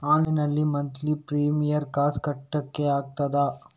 Online ನಲ್ಲಿ monthly premier ಕಾಸ್ ಕಟ್ಲಿಕ್ಕೆ ಆಗ್ತದಾ?